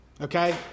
okay